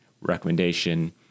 recommendation